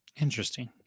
Interesting